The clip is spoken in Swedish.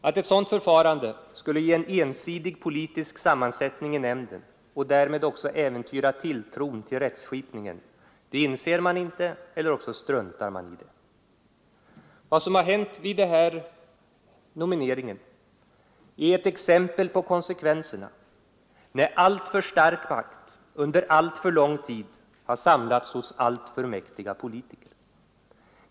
Att ett sådant förfarande skulle ge en ensidig politisk sammansättning i nämnden, och därmed äventyra tilltron till rättskipningen, inser man inte — eller också struntar man i det. Vad som hänt vid den här nomineringen är ett exempel på konsekvenserna när alltför mycket makt under alltför lång tid har samlats hos alltför mäktiga politiker.